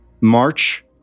March